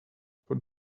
put